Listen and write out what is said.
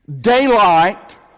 daylight